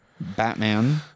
batman